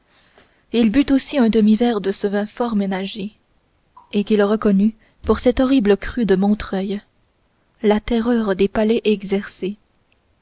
il but aussi un demi-verre de ce vin fort ménagé et qu'il reconnut pour cet horrible cru de montreuil la terreur des palais exercés